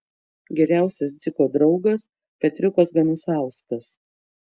geriausias dziko draugas petriukas ganusauskas